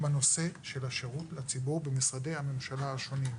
בנושא השירות לציבור במשרדי הממשלה השונים.